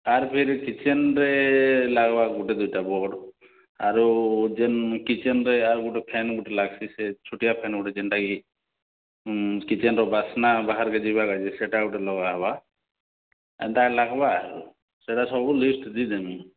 ତାର୍ ଫିର୍ କିଚେନ୍ରେ ଲାଗ୍ବାର ଗୋଟେ ଦୁଇଟା ବୋର୍ଡ଼୍ ଆରୁ ଯେନ୍ କିଚେନରେ ଆଉ ଗୋଟିଏ ଫ୍ୟାନ୍ ଗୁଟେ ଲାଗ୍ସି ସେ ଛୋଟିଆ ଫ୍ୟାନ୍ ଗୁଟେ ଯେନ୍ତାକି କିଚେନ୍ର ବାସ୍ନା ବାହାର୍କେ ଯିବାର୍ କାଯେ ସେଟା ଗୋଟେ ଲଗାହେବା ଏନ୍ତା ଲାଗ୍ବା ସେଗୁଡ଼ା ସବୁ ଲିଷ୍ଟ୍ ଦେଇଦେମି